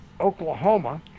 Oklahoma